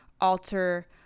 alter